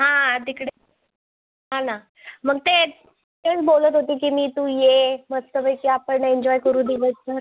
हां तिकडे हां ना मग ते तेच बोलत होते की मी तू ये मस्तपैकी आपण एन्जॉय करू दिवसभर